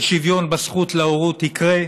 ושוויון בזכות להורות יקרה,